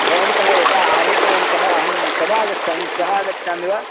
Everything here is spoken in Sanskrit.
भवन्तः यथा आहूतवन्तः अहं कदा आगच्छामि श्वः आगच्छामि वा